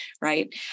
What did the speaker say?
right